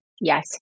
Yes